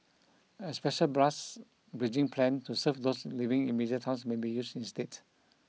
a special bus bridging plan to serve those living in major towns may be used instead